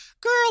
Girl